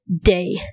day